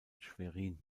schwerin